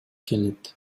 келет